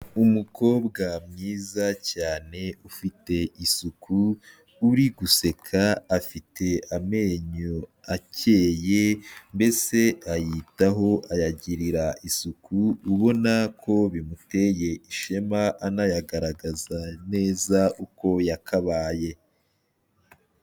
Umukobwa mwiza cyane, ufite isuku, uri guseka, afite amenyo akeye, mbese ayitaho, ayagirira isuku, ubona ko bimuteye ishema, anayagaragaza neza uko yakabaye.